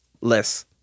less